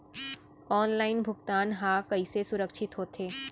Online भुगतान हा कइसे सुरक्षित होथे?